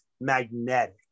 magnetic